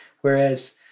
Whereas